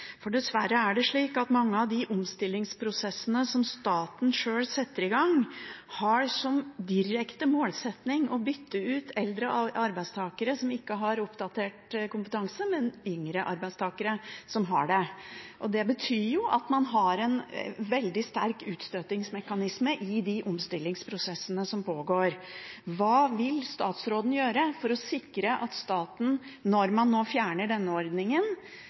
for det. Dessverre er det slik at mange av de omstillingsprosessene som staten sjøl setter i gang, har som direkte målsetting å bytte ut eldre arbeidstakere som ikke har oppdatert kompetanse, med yngre arbeidstakere som har det. Det betyr at man har en veldig sterk utstøtingsmekanisme i de omstillingsprosessene som pågår. Hva vil statsråden gjøre for å sikre at staten, når man nå fjerner denne ordningen,